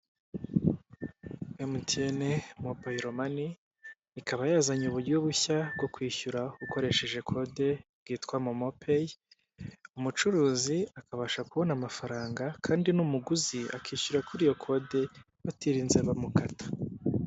MTN mobayiro mani ikaba yazanye uburyo bushya bwo kwishyura ukoresheje kode bwitwa momo peyi, umucuruzi akabasha kubona amafaranga kandi n'umuguzi akishyura kuri iyo kode batarinze bamukata.